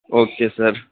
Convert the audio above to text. okay sir